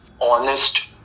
honest